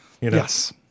Yes